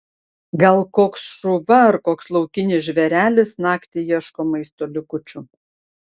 gal koks šuva ar koks laukinis žvėrelis naktį ieško maisto likučių